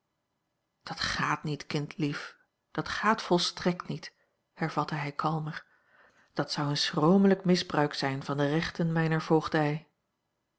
dat gaat niet kindlief dat gaat volstrekt niet hervatte hij kalmer dat zou een schromelijk misbruik zijn van de rechten mijner voogdij